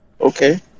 Okay